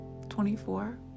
24